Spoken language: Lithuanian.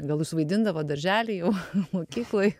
gal jūs vaidindavot daržely jau mokykloj